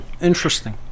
Interesting